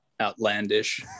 outlandish